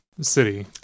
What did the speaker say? city